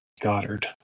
Goddard